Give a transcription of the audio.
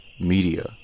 Media